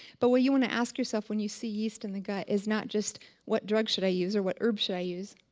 but what you want to ask yourself when you see yeast in the gut is not just what drug should i use or what herb should i use?